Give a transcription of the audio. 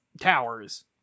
towers